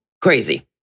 crazy